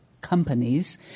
companies